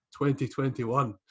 2021